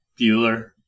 Bueller